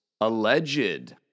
alleged